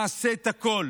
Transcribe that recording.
נעשה את הכול